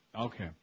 Okay